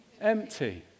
empty